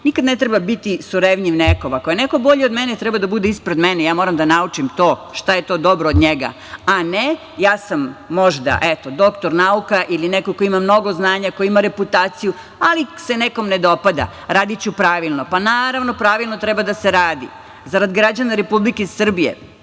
Nikad ne treba biti surevnjiv nekom. Ako je neko bolji od mene, treba da bude ispred mene. Ja moram da naučim to, šta je to dobro od njega, a ne ja sam možda eto doktor nauka ili neko ko ima mnogo znanja, ko ima reputaciju, ali se nekom ne dopada, radiću pravilno. Pa, naravno, pravilno treba da se radi, zarad građana Republike Srbije,